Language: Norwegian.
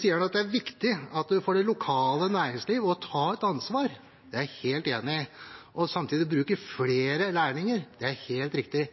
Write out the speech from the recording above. sier han at det er viktig at man får det lokale næringslivet til å ta ansvar – det er jeg helt enig i – og samtidig bruke flere lærlinger – det er helt riktig.